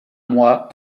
mois